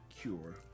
cure